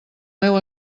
meu